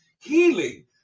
healing